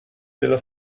della